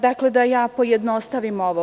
Dakle, da pojednostavim ovo.